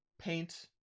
paint